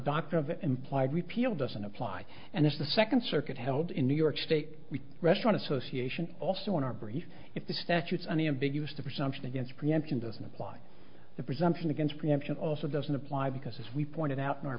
dr of implied repeal doesn't apply and if the second circuit held in new york state restaurant association also in our brief if the statutes unambiguous the presumption against preemption doesn't apply the presumption against preemption also doesn't apply because as we pointed out in our